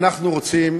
אנחנו רוצים